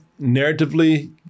narratively